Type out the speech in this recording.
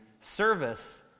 service